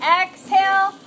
exhale